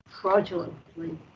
fraudulently